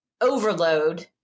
overload